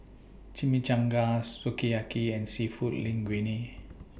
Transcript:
Chimichangas Sukiyaki and Seafood Linguine